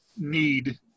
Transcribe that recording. need